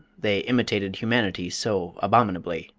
they imitated humanity so abominably.